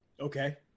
Okay